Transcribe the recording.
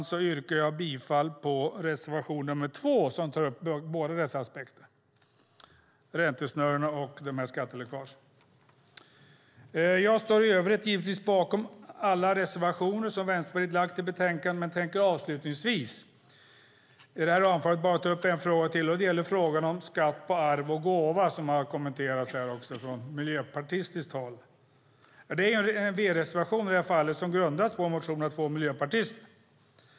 Med detta yrkar jag bifall till reservation nr 2 som tar upp både räntesnurrorna och skatteläckagen. Jag står givetvis bakom alla reservationer som Vänsterpartiet har i betänkandet men tänker avslutningsvis i detta anförande bara ta upp en fråga till, nämligen frågan om skatt på arv och gåva. Det har även kommenterats från miljöpartistiskt håll. Det är en V-reservation som grundas på en motion av två miljöpartister.